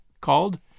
called